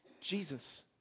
Jesus